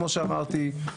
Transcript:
כמו שאמרתי,